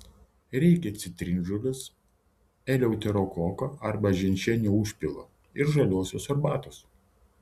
reikia citrinžolės eleuterokoko arba ženšenio užpilo ir žaliosios arbatos